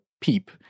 PEEP